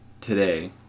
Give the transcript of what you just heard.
today